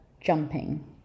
jumping